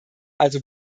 also